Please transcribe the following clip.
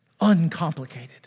Uncomplicated